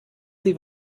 sie